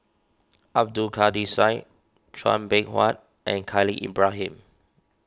Abdul Kadir Syed Chua Beng Huat and Khalil Ibrahim